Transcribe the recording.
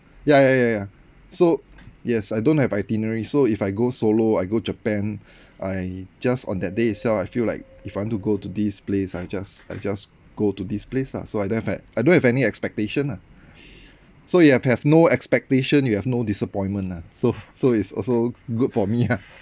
ya ya ya ya so yes I don't have itinerary so if I go solo I go Japan I just on that day itself I feel like if I want to go to this place I just I just go to this place lah so I don't have I don't have any expectation ah so you have have no expectation you have no disappointment ah so so it's also good for me ah